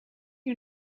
you